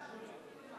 יש לי הצעה,